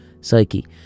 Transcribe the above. psyche